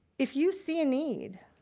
if you see a need,